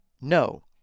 No